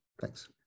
thanks